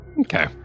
Okay